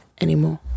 anymore